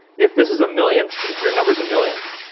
if this is a million, if your number's a million,